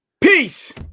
Peace